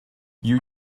you